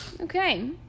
Okay